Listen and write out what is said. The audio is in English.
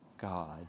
God